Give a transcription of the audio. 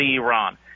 Iran